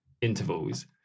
intervals